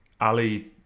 ali